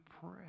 pray